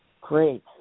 Great